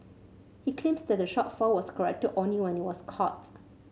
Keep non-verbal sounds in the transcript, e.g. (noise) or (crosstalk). he claimed that the shortfall was corrected only when it was (unintelligible)